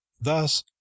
thus